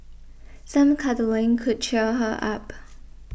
some cuddling could cheer her up